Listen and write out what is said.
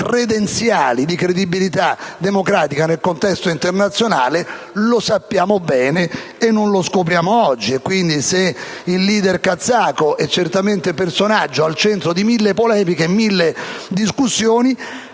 credenziali di credibilità democratica nel contesto internazionale lo sappiamo bene e non lo scopriamo oggi. Quindi, se il *leader* kazako è certamente personaggio al centro di mille polemiche e discussioni,